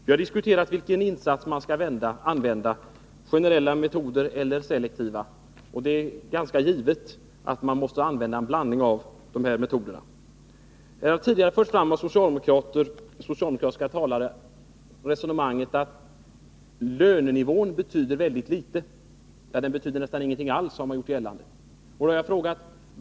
Vi har diskuterat vilken insats man skall använda — generella metoder eller selektiva. Det är ganska givet att man måste använda en blandning av dessa metoder. Socialdemokratiska talare har tidigare fört resonemanget att lönenivån betyder väldigt litet — eller nästan ingenting alls, har man gjort gällande.